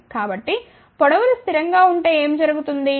కాబట్టి పొడవు లు స్థిరం గా ఉంటే ఏమి జరుగుతుంది